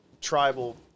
tribal